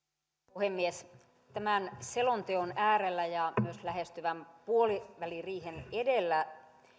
puhemies tämän selonteon äärellä ja myös lähestyvän puoliväliriihen edellä